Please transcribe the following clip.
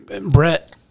Brett